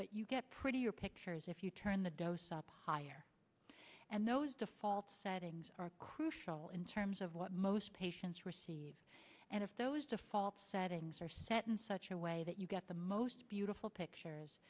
but you get pretty your pictures if you turn the dose up higher and those default settings are crucial in terms of what most patients receive and if those default settings are set in such a way that you get the most beautiful pictures